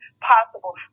possible